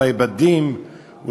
אולי בדים,